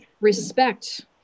respect